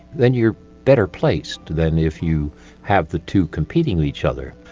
then you are better placed than if you have the two competing with each other.